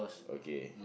okay